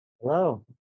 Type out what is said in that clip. Hello